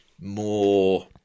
more